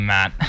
Matt